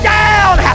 down